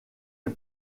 les